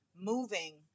moving